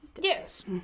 Yes